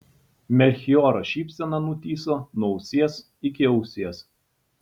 melchioro šypsena nutįso nuo ausies iki ausies